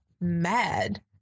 mad